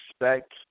respect